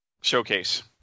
Showcase